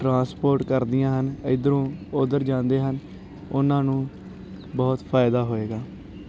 transport ਕਰਦੀਆਂ ਹਨ ਇੱਧਰੋਂ ਉੱਧਰ ਜਾਂਦੇ ਹਨ ਉਹਨਾਂ ਨੂੰ ਬਹੁਤ ਫਾਇਦਾ ਹੋਏਗਾ